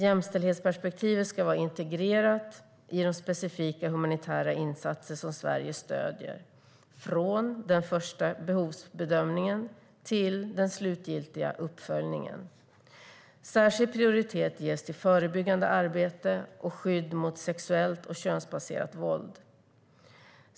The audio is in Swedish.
Jämställdhetsperspektivet ska vara integrerat i de specifika humanitära insatser som Sverige stöder, från den första behovsbedömningen till den slutgiltiga uppföljningen. Särskild prioritet ges till förebyggande arbete och skydd mot sexuellt och könsbaserat våld.